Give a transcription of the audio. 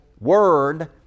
word